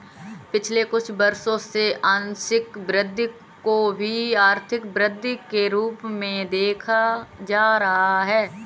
पिछले कुछ वर्षों से आंशिक वृद्धि को भी आर्थिक वृद्धि के रूप में देखा जा रहा है